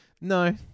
no